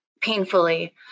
painfully